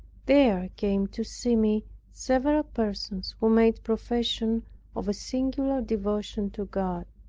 there came to see me several persons who made profession of a singular devotion to god.